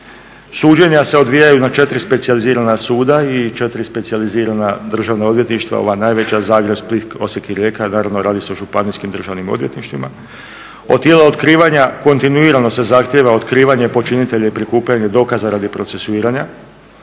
Suđenja se odvijaju na četiri specijalizirana suda i četiri specijalizirana državna odvjetništva, ova najveća, Zagreb, Split, Osijek i Rijeka. Naravno radi se o županijskim državnim odvjetništvima. Od tijela otkrivanja kontinuirano se zahtjeva otkrivanje počinitelja i prikupljanje dokaza radi procesuiranja.